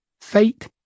Fate